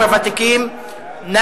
הוותיקים (תיקון מס' 11) בקריאה שלישית.